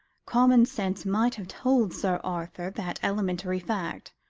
common sense might have told sir arthur that elementary fact.